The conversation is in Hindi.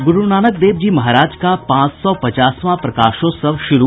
और गुरूनानक देव जी महाराज का पांच सौ पचासवां प्रकाशोत्सव शुरू